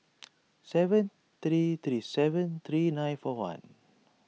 six three three seven three nine four one